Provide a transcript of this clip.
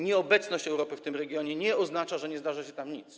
Nieobecność Europy w tym regionie nie oznacza, że nie zdarzy się tam nic.